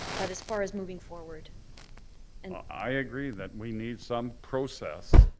but as far as moving forward and i agree that we need some process.